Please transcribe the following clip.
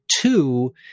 two